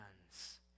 hands